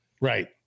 right